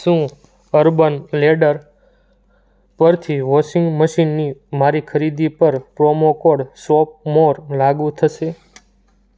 શું urban ladder પરથી washing મશીનની મારી ખરીદી પર પ્રોમોકોડ શોપ મોર લાગુ થશે